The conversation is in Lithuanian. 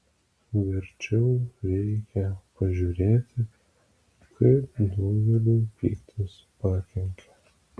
verčiau reikia pažiūrėti kaip daugeliui pyktis pakenkė